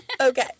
Okay